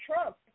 Trump